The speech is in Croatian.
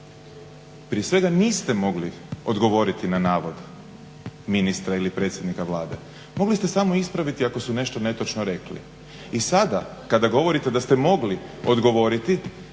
prije svega niste mogli odgovoriti na navod ministra ili predsjednika Vlade, mogli ste samo ispraviti ako su nešto netočno rekli. I sada kada govorite da ste mogli odgovoriti